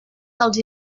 dels